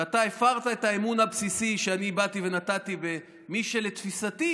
ואתה הפרת את האמון הבסיסי שאני באתי ונתתי במי שלתפיסתי,